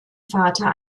vater